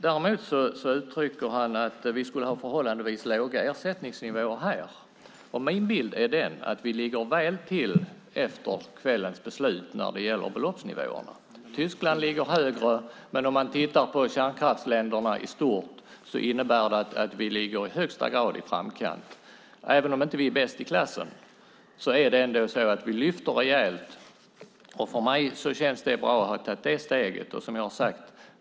Vidare uttrycker Johan Löfstrand att vi skulle ha förhållandevis låga ersättningsnivåer. Min bild är den att vi efter kvällens beslut kommer att ligga väl till när det gäller beloppsnivåerna. Tyskland ligger högre, men bland kärnkraftsländerna i stort ligger vi i högsta grad i framkant. Även om vi inte är bäst i klassen lyfter vi nivåerna rejält. För mig känns det bra att ta det steget.